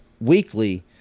weekly